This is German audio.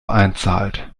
einzahlt